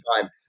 time